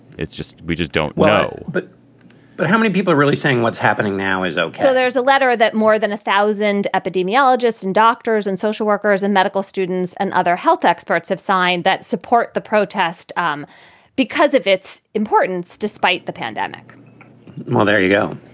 it's just we just don't know but but how many people are really saying what's happening now is, oh, so there's a letter that more than a thousand epidemiologists and doctors and social workers and medical students and other health experts have signed that support the protest um because of its importance despite the pandemic well, there you go,